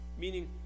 Meaning